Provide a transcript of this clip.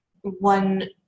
one